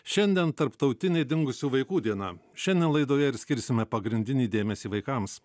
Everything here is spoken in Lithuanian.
šiandien tarptautinė dingusių vaikų diena šiandien laidoje ir skirsime pagrindinį dėmesį vaikams